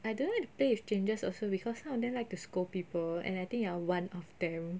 I don't like to play with strangers also because some of them like to scold people and I think you are one of them